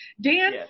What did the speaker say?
Dan